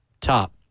top